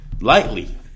lightly